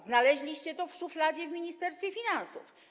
Znaleźliście to w szufladzie w Ministerstwie Finansów.